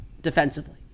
defensively